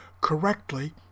correctly